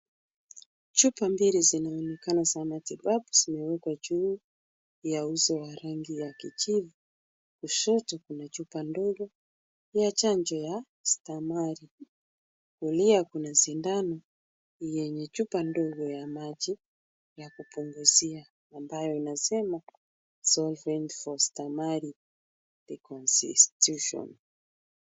Chupa mbili zinaonekana za matibabu zimewekwa juu ya uso wa rangi ya kijivu, kushoto kuna chupa ndogo ya chanjo ya stamari. Kulia kuna sindano yenye chupa ndogo ya maji ya kupunguzia ambayo inasema solvent for stamari. The consistition .